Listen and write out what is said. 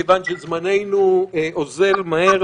מכיוון שזמננו אוזל מהר,